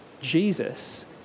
Jesus